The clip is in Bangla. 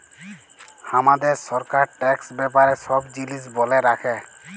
হামাদের সরকার ট্যাক্স ব্যাপারে সব জিলিস ব্যলে রাখে